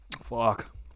Fuck